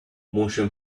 motion